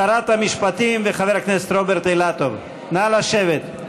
שרת המשפטים וחבר הכנסת רוברט אילטוב, נא לשבת.